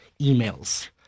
emails